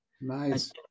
Nice